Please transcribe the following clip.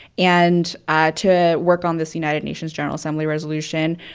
and to work on this united nations general assembly resolution,